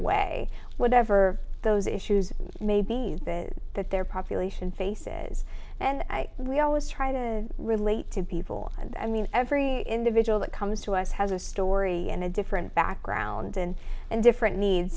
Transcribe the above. a whatever those issues may be that their population faces and we always try to relate to people and i mean every individual that comes to us has a story and a different background and and different needs